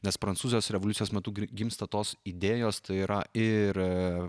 nes prancūzijos revoliucijos metu gimsta tos idėjos tai yra ir